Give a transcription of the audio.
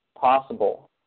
possible